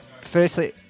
firstly